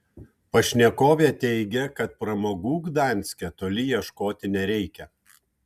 pašnekovė teigė kad pramogų gdanske toli ieškoti nereikia